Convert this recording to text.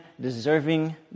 deserving